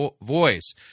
voice